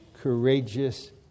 courageous